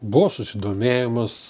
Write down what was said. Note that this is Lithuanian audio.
buvo susidomėjimas